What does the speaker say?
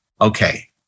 okay